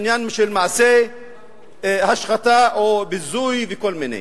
עניין של מעשה השחתה או ביזוי וכל מיני.